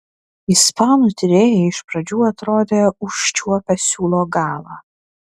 ispanų tyrėjai iš pradžių atrodė užčiuopę siūlo galą